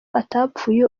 atapfuye